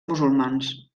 musulmans